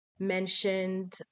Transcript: mentioned